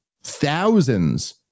thousands